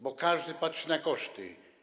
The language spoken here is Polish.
Bo każdy patrzy na koszty.